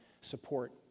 support